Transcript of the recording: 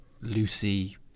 lucy